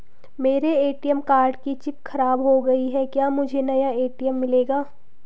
मेरे ATM card की chip खराब हो गयी है क्या मुझे नया ए.टी.एम मिलेगा?